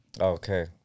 Okay